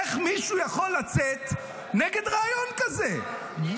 איך מישהו יכול לצאת נגד רעיון כזה,